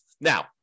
Now